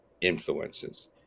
influences